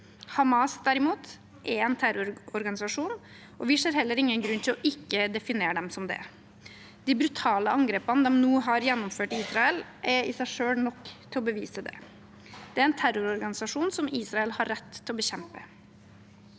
i Midtøsten 241 nisasjon, og vi ser heller ingen grunn til ikke å definere dem som det. De brutale angrepene de nå har gjennomført i Israel, er i seg selv nok til å bevise det. Det er en terrororganisasjon som Israel har rett til å bekjempe.